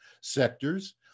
sectors